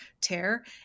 tear